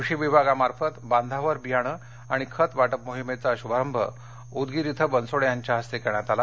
कृषी विभागामार्फत बांधावर बियाणे आणि खत वाटप मोहीमेचा शुभारंभ उदगीर इथं बनसोडे यांच्या हस्ते करण्यात आला